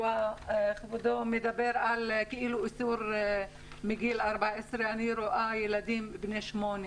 כבודו מדבר על איסור מגיל 14. אני רואה ילדים בני שמונה